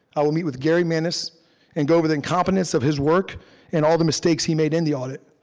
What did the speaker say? i will meet with gary manis and go over the incompetence of his work and all the mistakes he made in the audit.